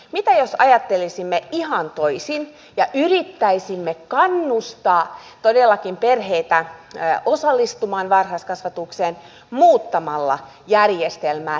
mitä jos ajattelisimme ihan toisin ja yrittäisimme todellakin kannustaa perheitä osallistumaan varhaiskasvatukseen muuttamalla järjestelmää tyystin